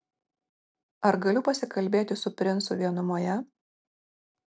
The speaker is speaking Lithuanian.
ar galiu pasikalbėti su princu vienumoje